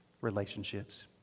Relationships